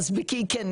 אז כן,